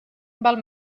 val